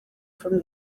from